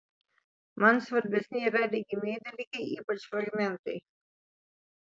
man svarbesni yra regimieji dalykai ypač fragmentai